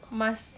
must